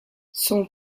son